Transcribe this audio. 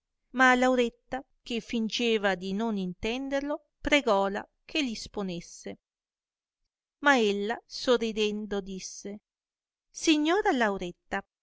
ma lauretta che fingeva di non intenderlo pregòla che l'isponesse ma ella sorridendo disse signora lauretta